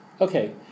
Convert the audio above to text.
Okay